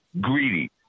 greedy